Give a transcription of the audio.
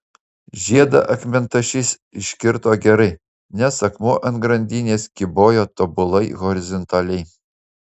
žiedą akmentašys iškirto gerai nes akmuo ant grandinės kybojo tobulai horizontaliai